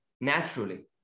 naturally